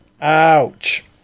ouch